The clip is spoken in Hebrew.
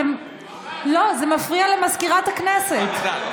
לא, זה מפריע לסגנית מזכירת הכנסת.